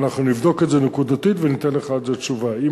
ואנחנו נבדוק את זה נקודתית וניתן לך על זה תשובה,